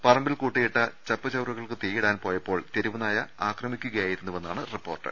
പറമ്പിൽകൂട്ടിയിട്ട ചപ്പുചവറുകൾക്ക് തീയിടാൻ പോയപ്പോൾ തെരുവ്നായ ആക്രമിക്കുകയായിരുന്നുവെന്നാണ് റിപ്പോർട്ട്